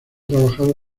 trabajado